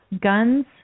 guns